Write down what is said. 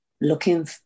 looking